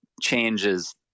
changes